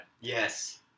Yes